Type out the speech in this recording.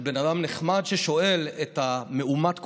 של בן אדם נחמד ששואל את מאומת הקורונה: